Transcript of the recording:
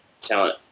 talent